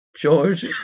George